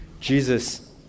Jesus